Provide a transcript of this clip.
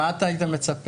מה אתה היית מצפה?